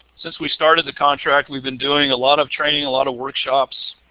since we started the contract, we've been doing a lot of training, a lot of workshops,